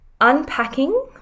unpacking